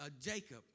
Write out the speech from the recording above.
Jacob